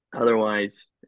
otherwise